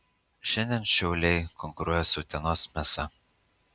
šiandien šiauliai konkuruoja su utenos mėsa